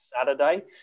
Saturday